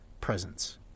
presence